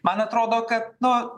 man atrodo kad nu